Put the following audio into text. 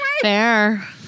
Fair